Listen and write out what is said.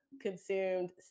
consumed